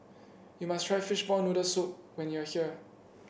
you must try Fishball Noodle Soup when you are here